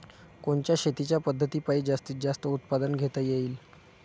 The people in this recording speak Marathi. कोनच्या शेतीच्या पद्धतीपायी जास्तीत जास्त उत्पादन घेता येईल?